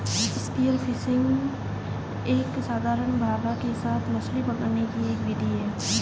spear fishing एक साधारण भाला के साथ मछली पकड़ने की एक विधि है